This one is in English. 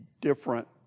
different